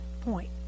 point